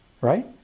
Right